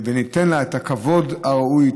וניתן לה את הכבוד הראוי,